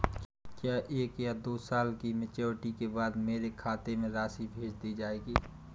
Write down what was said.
क्या एक या दो साल की मैच्योरिटी के बाद मेरे खाते में राशि भेज दी जाएगी?